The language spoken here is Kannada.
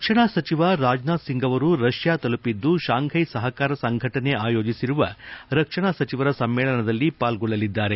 ರಕ್ಷಣಾ ಸಚಿವ ರಾಜನಾಥ್ ಸಿಂಗ್ ಅವರು ರಷ್ಯಾ ತಲುಪಿದ್ದು ಶಾಂಫೈ ಸಹಕಾರ ಸಂಘಟನೆ ಆಯೋಜಿಸಿರುವ ರಕ್ಷಣಾ ಸಚಿವರ ಸಮ್ಮೇಳನದಲ್ಲಿ ಪಾಲ್ಗೊಳ್ಳಲಿದ್ದಾರೆ